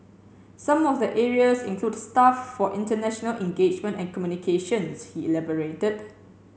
some of the areas include staff for international engagement and communications he elaborated